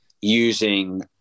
using